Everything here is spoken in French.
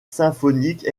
symphonique